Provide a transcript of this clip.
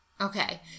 Okay